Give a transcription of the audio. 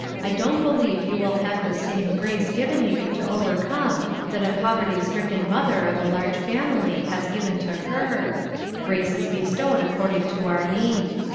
i don't believe you will have the same grace given you to overcome that a poverty-stricken mother of a large family has given to her grace is bestowed according to our need.